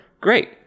great